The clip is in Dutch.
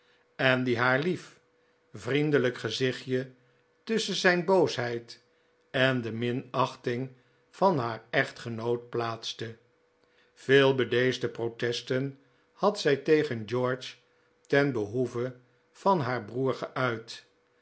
cn die haar lief vricndclijk gczichtjc tusschen zijn booshcid cn dc minachting van haar echtgenoot plaatstc vclc bcdccsdc protcstcn had zij tegen george ten behoeve van haar broer geuit